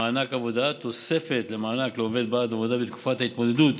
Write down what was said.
(מענק עבודה) (תוספת למענק לעובד בעד עבודה בתקופת ההתמודדות